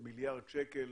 מיליארד שקל